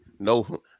No